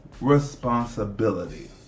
responsibility